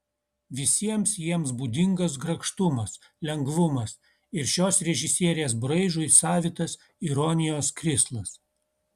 visiems jiems būdingas grakštumas lengvumas ir šios režisierės braižui savitas ironijos krislas